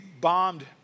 bombed